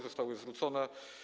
Zostały zwrócone.